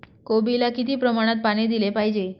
कोबीला किती प्रमाणात पाणी दिले पाहिजे?